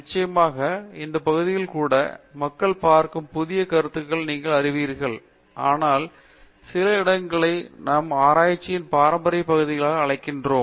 நிச்சயமாக இந்த பகுதிகளில் கூட மக்கள் பார்க்கும் புதிய கருத்துகளை நீங்கள் அறிந்துள்ளீர்கள் ஆனால் சில இடங்களை நாம் ஆராய்ச்சியின் பாரம்பரிய பகுதிகளாக அழைக்கிறோம்